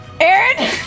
Aaron